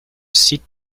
site